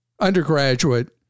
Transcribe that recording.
undergraduate